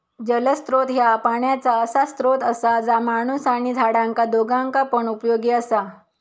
जलस्त्रोत ह्या पाण्याचा असा स्त्रोत असा जा माणूस आणि झाडांका दोघांका पण उपयोगी असा